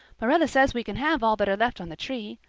marilla says we can have all that are left on the tree.